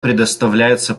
предоставляется